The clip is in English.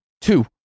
two